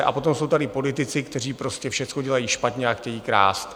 A potom jsou tady politici, kteří prostě všechno dělají špatně a chtějí krást.